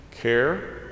care